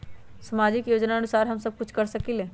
सामाजिक योजनानुसार हम कुछ कर सकील?